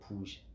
push